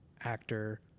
actor